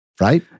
Right